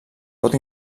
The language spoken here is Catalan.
pot